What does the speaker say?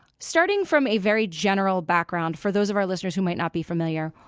starting from a very general background for those of our listeners who might not be familiar,